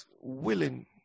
willing